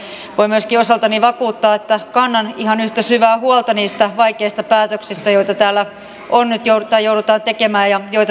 ja voin myöskin osaltani vakuuttaa että kannan ihan yhtä syvää huolta niistä vaikeista päätöksistä joita täällä joudutaan tekemään ja joita tänne on kirjattu